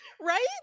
right